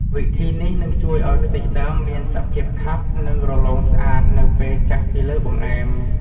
វិធីនេះនឹងជួយឱ្យខ្ទិះដើមមានសភាពខាប់ និងរលោងស្អាតនៅពេលចាក់ពីលើបង្អែម។